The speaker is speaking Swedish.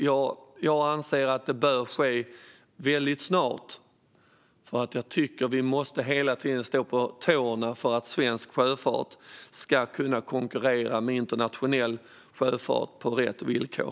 Jag anser att det bör ske väldigt snart, för jag tycker att vi hela tiden måste vara på tårna så att svensk sjöfart ska kunna konkurrera med internationell sjöfart på rätt villkor.